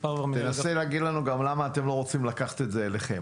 תנסה להגיד לנו גם למה אתם רוצים לקחת את זה אליכם.